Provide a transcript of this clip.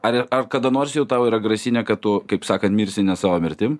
ar ar kada nors jau tau yra grasinę kad tu kaip sakant mirsi ne savo mirtim